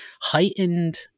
heightened